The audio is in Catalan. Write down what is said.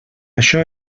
això